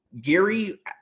Gary